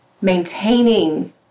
maintaining